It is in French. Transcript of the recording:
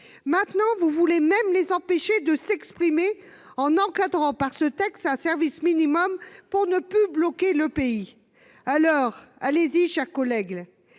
Maintenant, vous voulez même les empêcher de s'exprimer, en encadrant par ce texte un service minimum pour que le pays ne soit plus bloqué. Allez-y, chers collègues,